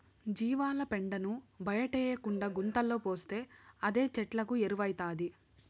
జీవాల పెండను బయటేయకుండా గుంతలో పోస్తే అదే చెట్లకు ఎరువౌతాది